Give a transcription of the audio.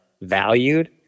valued